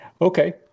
Okay